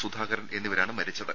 സുധാകരൻ എന്നിവരാണ് മരിച്ചത്